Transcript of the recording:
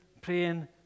praying